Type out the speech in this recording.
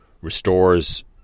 restores